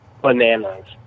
bananas